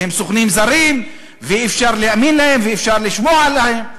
והם סוכנים זרים ואי-אפשר להאמין להם ואי-אפשר לשמוע להם,